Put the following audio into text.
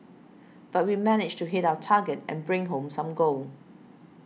but we managed to hit our target and bring home some gold